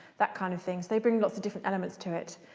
that kind of thing. so they bring lots of different elements to it.